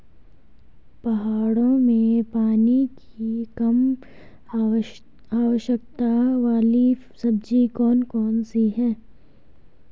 पहाड़ों में पानी की कम आवश्यकता वाली सब्जी कौन कौन सी हैं?